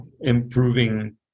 improving